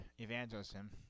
evangelism